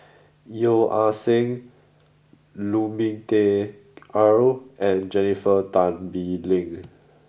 Yeo Ah Seng Lu Ming Teh Earl and Jennifer Tan Bee Leng